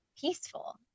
peaceful